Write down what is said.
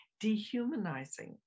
dehumanizing